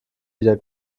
wieder